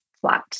flat